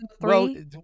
Three